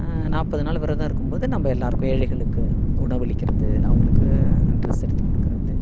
நாற்பது நாள் விரதம் இருக்கும்போது நம்ம எல்லாேருக்கும் ஏழைகளுக்கு உணவளிக்கிறது அவங்களுக்கு ட்ரெஸ் எடுத்து கொடுக்கறது